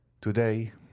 today